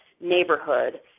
neighborhood